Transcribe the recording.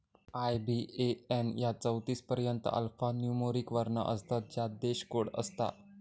IBAN यात चौतीस पर्यंत अल्फान्यूमोरिक वर्ण असतत ज्यात देश कोड असता